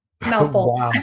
mouthful